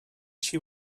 she